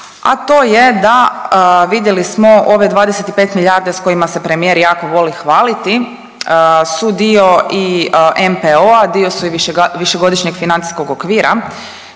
a to je da, vidjeli smo, ove 25 milijarde s kojima se premijer jako voli hvaliti su dio i NPOO-a, dio su i višegodišnjeg financijskog okvira,